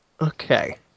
Okay